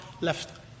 left